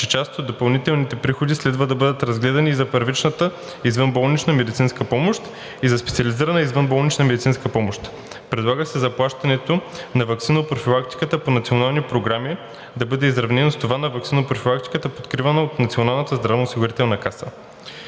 че част от допълнителните приходи следва да бъдат разпределени и за първична извънболнична медицинска помощ, и за специализирана извънболнична медицинска помощ. Предлага се заплащането на ваксинопрофилактиката по национални програми да бъде изравнено с това на ваксинопрофилактиката, покривана от Националната здравноосигурителна каса.